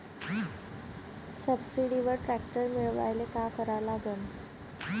सबसिडीवर ट्रॅक्टर मिळवायले का करा लागन?